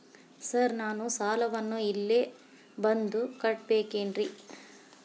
Sir ನಾನು ಸಾಲವನ್ನು ಇಲ್ಲೇ ಬಂದು ಕಟ್ಟಬೇಕೇನ್ರಿ?